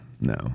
No